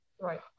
right